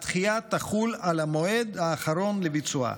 הדחייה תחול על המועד האחרון לביצועה.